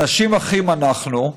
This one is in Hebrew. אנשים אחים אנחנו.